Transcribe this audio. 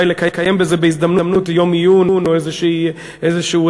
אולי לקיים על זה בהזדמנות יום עיון או איזשהו סמינר,